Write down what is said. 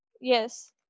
yes